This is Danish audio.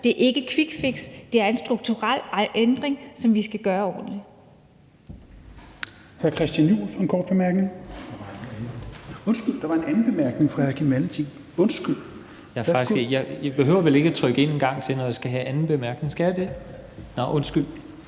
er ikke et quickfix, det er en strukturel ændring, som vi skal gøre ordentligt.